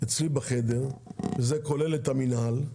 אצלי בחדר, זה כולל את המינהל,